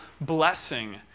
blessing